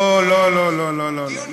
לא, לא, לא.